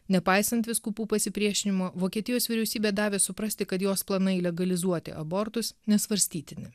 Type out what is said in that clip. nepaisant vyskupų pasipriešinimo vokietijos vyriausybė davė suprasti kad jos planai legalizuoti abortus nesvarstytini